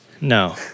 No